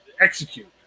execute